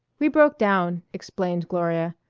we broke down, explained gloria.